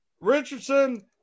Richardson –